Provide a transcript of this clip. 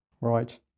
Right